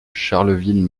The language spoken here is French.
charleville